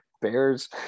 Bears